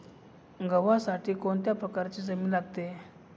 गव्हासाठी कोणत्या प्रकारची जमीन लागते?